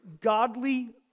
godly